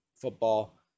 football